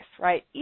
right